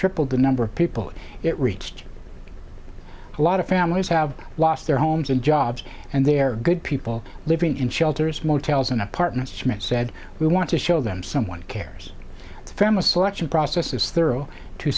tripled the number of people it reached a lot of families have lost their homes and jobs and there are good people living in shelters motels and apartments schmidt said we want to show them someone cares the families selection process is thorough t